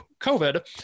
COVID